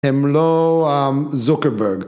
הם לא זוכרברג